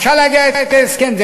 ואפשר להגיע אתם להסכם.